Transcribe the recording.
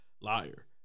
Liar